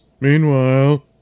Meanwhile